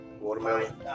Watermelon